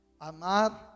Amar